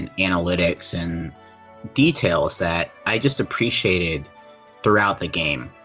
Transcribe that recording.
and analytics, and details that i just appreciated throughout the game.